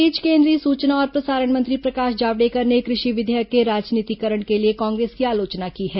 इस बीच केंद्रीय सूचना और प्रसारण मंत्री प्रकाश जावड़ेकर ने कृषि विधेयक के राजनीतिकरण के लिए कांग्रेस की आलोचना की है